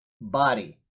body